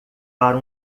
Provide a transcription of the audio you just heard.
para